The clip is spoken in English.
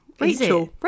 Rachel